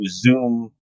Zoom